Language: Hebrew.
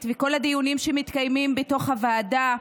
ובכל הדיונים שמתקיימים בתוך הוועדה,